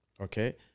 Okay